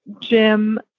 Jim